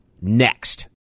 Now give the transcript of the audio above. next